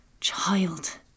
Child